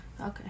Okay